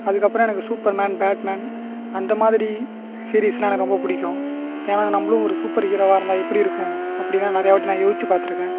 அதுக்கப்புறம் எனக்கு Superman Batman அந்தமாதிரி சீரிஸ்னா எனக்கு ரொம்ப பிடிக்கும் ஏன்னா அது நம்மளும் ஒரு சூப்பர் ஹீரோவா இருந்தால் எப்படி இருக்கும் அப்படின்னா நிறையா வாட்டி நான் யோச்சு பார்த்துருக்கேன்